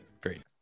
great